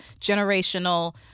generational